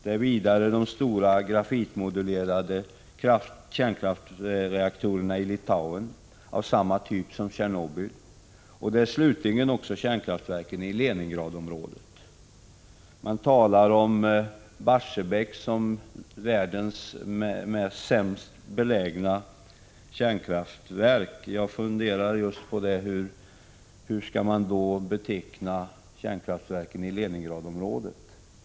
Det är vidare de stora grafitmodulerade kärnkraftsreaktorerna i Litauen, av samma typ som Tjernobyl. Det är slutligen också kärnkraftverken i Leningradområdet. Man talar om Barsebäck som världens sämst belägna kärnkraftverk. Jag funderar på hur man då skall beteckna kärnkraftverken i Leningradområdet.